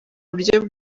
buryo